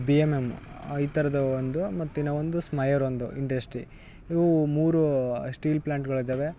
B M M ಈ ಥರದ ಒಂದು ಮತ್ತು ಇನ್ನು ಒಂದು ಸ್ಮೈರ್ ಒಂದು ಇಂಡಸ್ಟ್ರಿ ಇವು ಮೂರು ಸ್ಟೀಲ್ ಪ್ಲಾಂಟ್ಗಳಿದಾವೆ